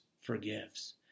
forgives